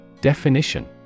Definition